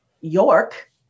York